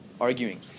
arguing